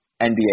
NBA